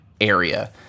area